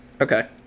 Okay